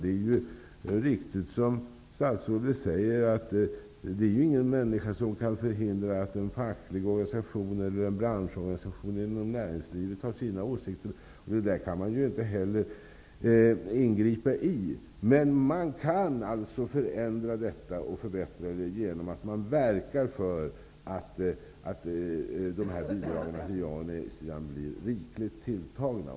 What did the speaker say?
Det statsrådet säger är helt riktigt, nämligen att ingen kan förhindra att en facklig organisation eller en branschorganisation inom näringslivet har vissa åsikter. Där kan man inte ingripa. Men man kan förändra och förbättra det hela genom att verka för att bidragen till ja och nej-sidan blir rikligt tilltagna.